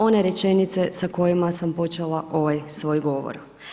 One rečenice sa kojima sam počela ovaj svoj govor.